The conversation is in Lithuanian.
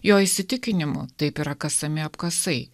jo įsitikinimu taip yra kasami apkasai